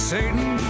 Satan